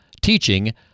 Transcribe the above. teaching